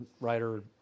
writer